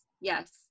yes